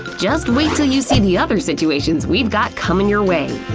just wait until you see the other situations we've got coming your way. ooh!